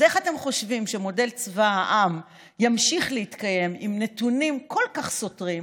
אז איך אתם חושבים שמודל צבא העם ימשיך להתקיים עם נתונים כל כך סותרים,